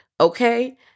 okay